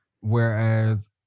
Whereas